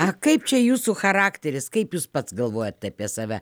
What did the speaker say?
ak kaip čia jūsų charakteris kaip jūs pats galvojot apie save